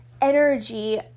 energy